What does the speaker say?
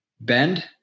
bend